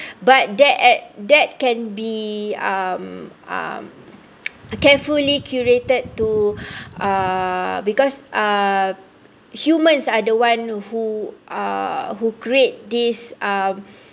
but that that can be um carefully curated to uh because uh humans are the one who uh who create this um